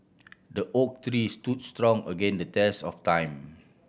the oak tree stood strong again the test of time